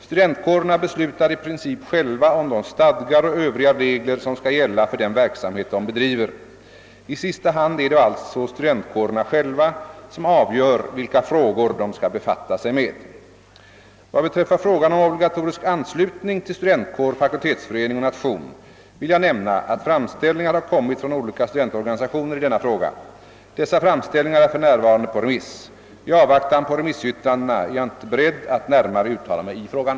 Studentkårerna beslutar i princip själva om de stadgar och övriga regler som skall gälla för den verksamhet de bedriver. I sista hand är det alltså studentkårerna själva som avgör vilka frågor de skall befatta sig med. Vad beträffar frågan om obligatorisk anslutning till studentkår, fakultetsförening och nation vill jag nämna att framställningar har kommit från olika studentorganisationer i denna fråga. Dessa framställningar är för närvarande på remiss. I avvaktan på remissyttrandena är jag inte beredd att närmare uttala mig i frågan.